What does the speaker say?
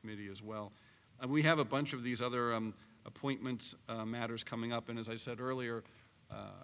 committee as well and we have a bunch of these other appointments matters coming up and as i said earlier